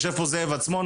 יושב פה זאב עצמון,